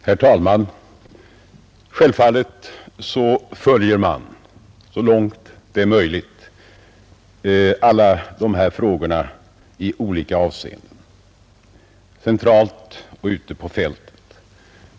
Herr talman! Självfallet följer man så långt det är möjligt alla dessa frågor i olika avseenden, centralt och ute på fältet.